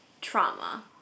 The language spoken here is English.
trauma